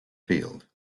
field